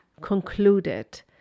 concluded